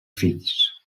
fills